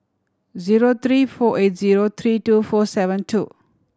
zero three four eight zero three two four seven two